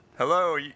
Hello